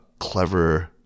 clever